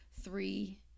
three